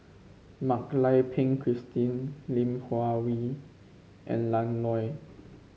Mak Lai Peng Christine Lim Hua Hwee and Lan Loy